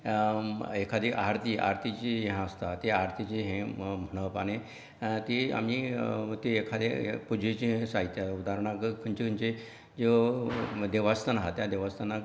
एखादी आरती जी हें आसता ती आरतीची हें म्हणप आनी ती आमी ती एखादें पुजेचें साहित्य उदारणांत जर खंयची खंयची ज्यो देवास्थनां आसात त्या देवस्थानांत